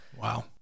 Wow